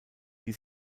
die